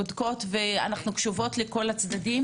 בודקות וקשובות לכל הצדדים.